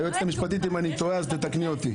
היועצת המשפטית, אם אני טועה תתקני אותי.